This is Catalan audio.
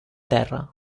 terra